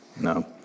No